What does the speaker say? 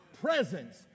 presence